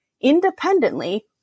independently